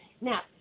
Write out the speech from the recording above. Now